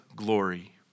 glory